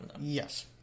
Yes